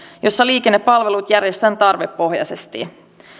jossa liikennepalvelut järjestetään tarvepohjaisesti